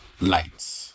lights